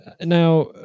now